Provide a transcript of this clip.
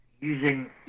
using